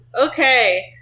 Okay